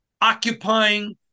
occupying